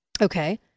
Okay